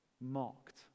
mocked